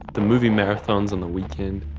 the movie marathons on the weekend,